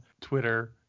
twitter